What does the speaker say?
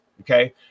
Okay